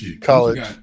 College